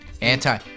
Anti